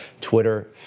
Twitter